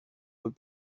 peux